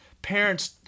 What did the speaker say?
Parents